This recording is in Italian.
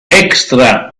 extra